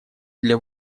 для